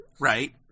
right